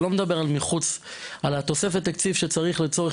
אני לא מדבר על תוספת התקציב שצריך לצורך